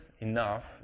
enough